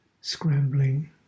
scrambling